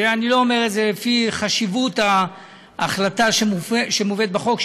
ואני לא אומר את זה לפי חשיבות ההחלטה שמובאת בחוק,